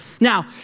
Now